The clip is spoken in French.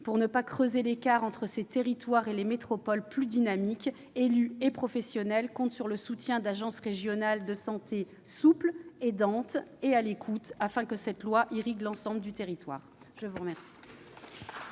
Pour ne pas creuser l'écart entre ces territoires et les métropoles, plus dynamiques, élus et professionnels comptent sur le soutien d'agences régionales de santé souples, aidantes et à l'écoute, afin que cette loi irrigue l'ensemble du territoire. La parole